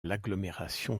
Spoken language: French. l’agglomération